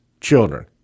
children